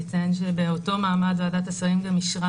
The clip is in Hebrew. אני אציין שבאותו מעמד ועדת השרים גם אישרה